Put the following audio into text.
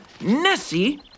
Nessie